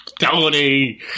Tony